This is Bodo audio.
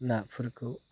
नाफोरखौ